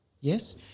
Yes